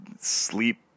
sleep